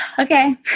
Okay